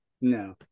No